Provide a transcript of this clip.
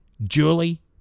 Julie